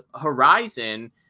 Horizon